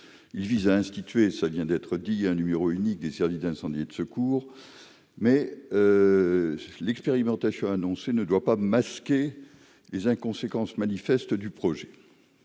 qui vise à instituer un numéro unique des services d'incendie et de secours. L'expérimentation annoncée ne doit pas masquer les inconséquences manifestes du projet.